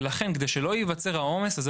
וכדי שלא ייווצר העומס הזה,